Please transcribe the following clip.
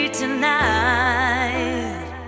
tonight